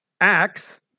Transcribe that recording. Acts